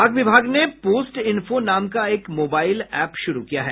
डाक विभाग ने पोस्टइंफो नाम का एक मोबाईल एप शुरू किया है